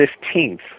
fifteenth